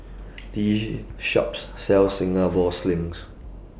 This Shop sells Singapore Slings